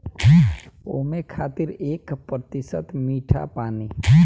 ओमें खातिर एक प्रतिशत मीठा पानी